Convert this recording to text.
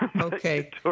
Okay